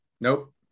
Nope